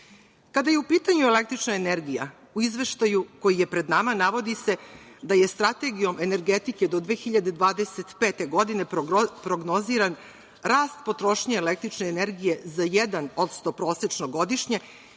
toga. Kada je u pitanju električna energija u izveštaju koji je pred nama navodi se da je Strategijom energetike do 2025. godine prognoziran rast potrošnje električne energije za 1% prosečno godišnje